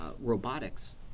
robotics